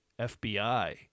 FBI